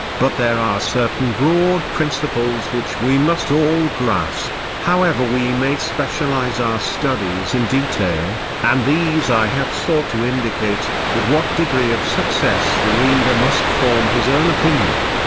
but there are certain broad principles which we must all grasp, however we may specialise our studies in detail, and these i have sought to indicate, with what degree of success the reader must form his own opinion.